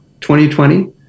2020